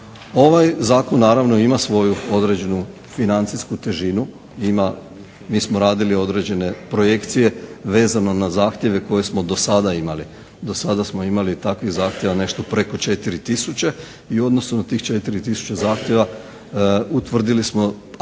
Ovaj zakon naravno ima svoju određenu financijsku težinu. Mi smo radili određene projekcije vezano na zahtjeve koje smo do sada imali. Do sada smo imali takvih zahtjeva nešto preko 4000 i u odnosu na tih 4000 zahtjeva utvrdili smo ako